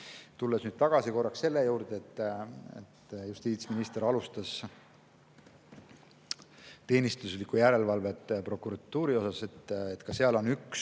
Tulles nüüd korraks tagasi selle juurde, et justiitsminister alustas teenistuslikku järelevalvet prokuratuuri üle, siis ka seal on üks